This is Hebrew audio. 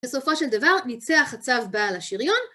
בסופו של דבר ניצח הצו בעל השריון